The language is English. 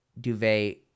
duvet